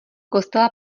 kostela